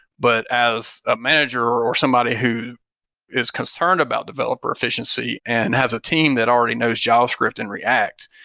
but as a manager or somebody who is concerned about developer efficiency and has a team that already knows javascript and react,